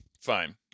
Fine